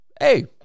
hey